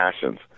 passions